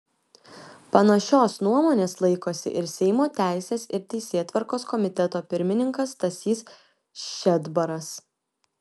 panašios nuomonės laikosi ir seimo teisės ir teisėtvarkos komiteto pirmininkas stasys šedbaras